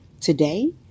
Today